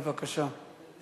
בבקשה.